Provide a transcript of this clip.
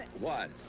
what?